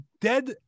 dead